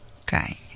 Okay